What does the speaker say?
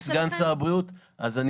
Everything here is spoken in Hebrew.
לא תירוצים.